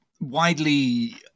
widely